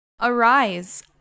Arise